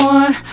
one